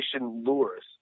lures